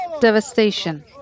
Devastation